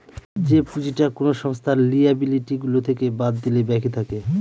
যে পুঁজিটা কোনো সংস্থার লিয়াবিলিটি গুলো থেকে বাদ দিলে বাকি থাকে